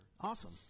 Awesome